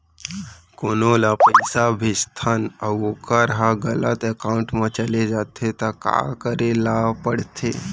कोनो ला पइसा भेजथन अऊ वोकर ह गलत एकाउंट में चले जथे त का करे ला पड़थे?